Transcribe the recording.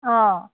অঁ